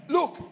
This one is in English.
Look